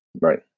Right